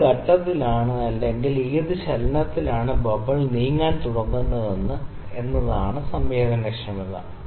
ഏത് ഘട്ടത്തിലാണ് അല്ലെങ്കിൽ ഏത് ചലനത്തിലാണ് ബബിൾ നീങ്ങാൻ തുടങ്ങുന്നത് എന്നതാണ് സംവേദനക്ഷമത